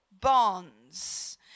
bonds